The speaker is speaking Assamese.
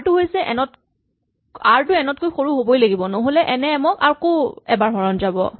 আৰ টো এন তকৈ সৰু হ'বই লাগিব নহ'লে এন এ এম ক আৰু এবাৰ হৰণ যাব